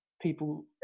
people